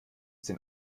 denn